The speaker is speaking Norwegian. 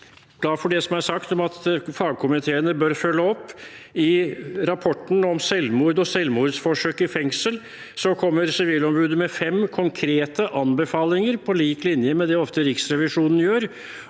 glad for det som er sagt om at fagkomiteene bør følge opp. I rapporten om selvmord og selvmordsforsøk i fengsel kommer Sivilombudet med fem konkrete anbefalinger, på lik linje med det Riksrevisjonen ofte